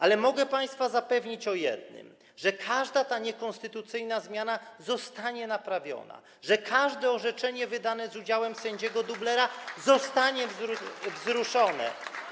Ale mogę państwa zapewnić o jednym, że każda ta niekonstytucyjna zmiana zostanie naprawiona, że każde orzeczenie wydane z udziałem sędziego dublera zostanie wzruszone.